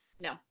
no